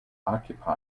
occupy